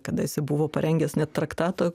kada jisai buvo parengęs net traktato